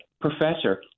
professor